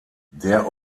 der